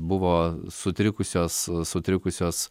buvo sutrikusios sutrikusios